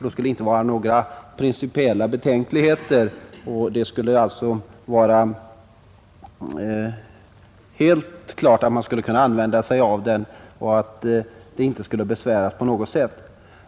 Det skulle inte finnas några principiella betänkligheter och det var helt klart att man kunde använda sig av den rätten.